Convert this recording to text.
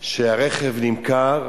שהרכב נמכר,